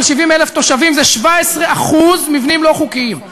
70,000 תושבים זה 17% מבנים לא חוקיים.